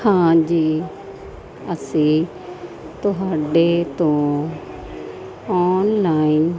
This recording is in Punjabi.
ਹਾਂ ਜੀ ਅਸੀਂ ਤੁਹਾਡੇ ਤੋਂ ਆਨਲਾਈਨ